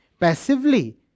passively